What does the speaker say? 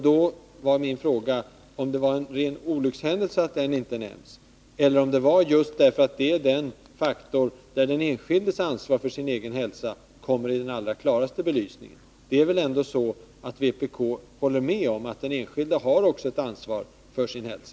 Då var min fråga om det var en olyckshändelse att den inte nämns eller om det beror på att tobaken är den faktor där den enskildes ansvar för sin egen hälsa kommer i den allra klaraste belysningen. Det är väl ändå så att vpk håller med om att den enskilde har ett ansvar för sin hälsa?